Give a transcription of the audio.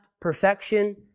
perfection